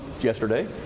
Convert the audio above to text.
yesterday